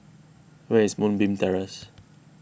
where is Moonbeam Terrace